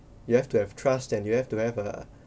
you have to have trust and you have to have a